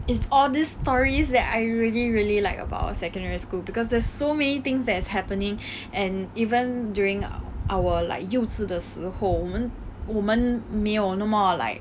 it's all these stories that I really really like about our secondary school because there's so many things that is happening and even during our like 幼稚的时候我们我们没有那么 like